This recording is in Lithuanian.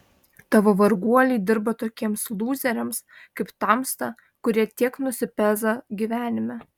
tavo varguoliai dirba tokiems lūzeriams kaip tamsta kurie tiek nusipeza gyvenime